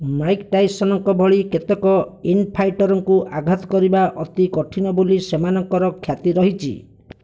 Mike ଟାଇସନ୍ଙ୍କ ଭଳି କେତେକ ଇନ୍ଫାଇଟର୍ଙ୍କୁ ଆଘାତ କରିବା ଅତି କଠିନ ବୋଲି ସେମାନଙ୍କର ଖ୍ୟାତି ରହିଛି